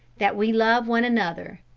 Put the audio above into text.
that we love one another.